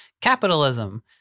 Capitalism